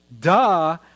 Duh